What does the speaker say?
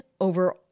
over